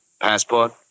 Passport